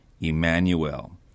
Emmanuel